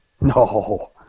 No